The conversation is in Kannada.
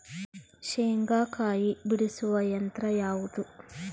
ಶೇಂಗಾಕಾಯಿ ಬಿಡಿಸುವ ಯಂತ್ರ ಯಾವುದು?